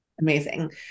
Amazing